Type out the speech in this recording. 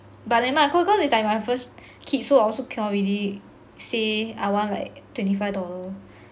but never mind ah cause it's like my first kid so I also cannot really say I want like twenty five dollar